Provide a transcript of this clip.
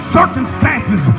circumstances